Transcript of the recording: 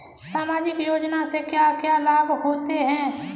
सामाजिक योजना से क्या क्या लाभ होते हैं?